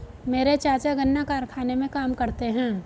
मेरे चाचा गन्ना कारखाने में काम करते हैं